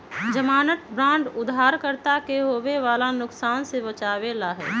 ज़मानत बांड उधारकर्ता के होवे वाला नुकसान से बचावे ला हई